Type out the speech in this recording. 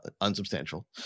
unsubstantial